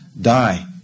die